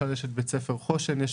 חושן,